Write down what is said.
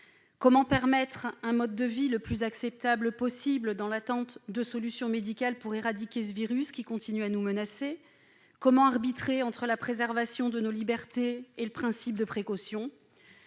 Comment permettre un mode de vie le plus acceptable possible dans l'attente de solutions médicales pour éradiquer ce virus qui continue à nous menacer ? Comment arbitrer entre la préservation de nos libertés et le principe de précaution ?